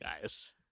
guys